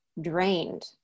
drained